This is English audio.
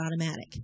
automatic